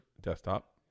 desktop